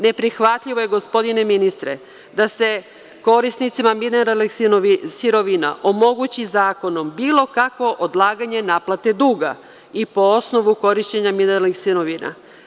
Neprihvatljivo je gospodine ministre da se korisnicima mineralnih sirovina omogući zakonom bilo kakvo odlaganje naplate duga i po osnovu korišćenja mineralnih sirovina.